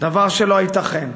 דבר שלא ייתכן.